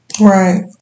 Right